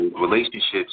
relationships